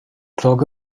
clog